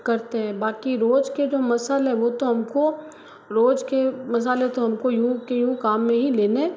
करते हैं बाकी रोज़ के जो मसाले है वो तो हमको रोज़ के मसाले तो हमको यूँ के यूँ काम में ही लेने